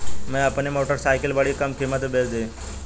मैंने अपनी मोटरसाइकिल बड़ी कम कीमत में बेंच दी